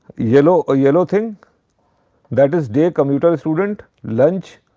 yellow yellow thing that is day commuters student, lunch,